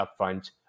upfront